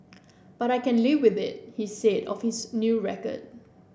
but I can live with it he said of his new record